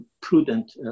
prudent